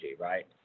right